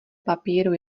papíru